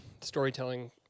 storytelling